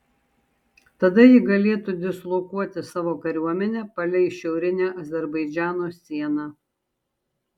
tada ji galėtų dislokuoti savo kariuomenę palei šiaurinę azerbaidžano sieną